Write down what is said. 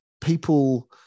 people